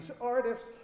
artists